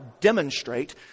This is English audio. demonstrate